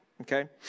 okay